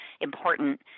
important